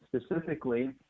specifically